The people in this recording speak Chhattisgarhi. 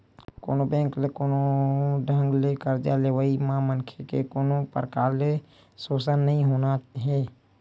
कोनो बेंक ले कोनो ढंग ले करजा लेवई म मनखे के कोनो परकार ले सोसन नइ होना हे